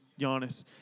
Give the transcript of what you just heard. Giannis